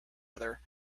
other